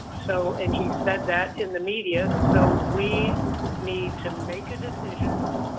so and he said that in the media. so we need to make a decision